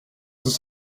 ist